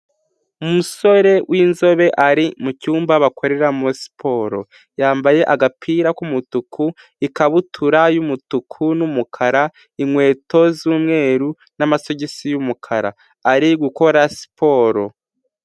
Umusore w'inzobe ari mu cyumba bakoreramo siporo, yambaye agapira k'umutuku, ikabutura y'umutuku n'umukara, inkweto z'umweru n'amasogisi y'umukara, ari gukora siporo.